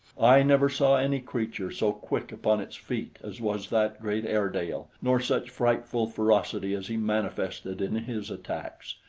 i never saw any creature so quick upon its feet as was that great airedale, nor such frightful ferocity as he manifested in his attacks.